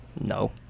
No